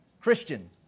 Christian